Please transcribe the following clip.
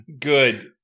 good